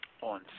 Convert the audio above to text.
on